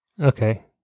Okay